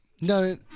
No